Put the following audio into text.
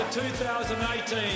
2018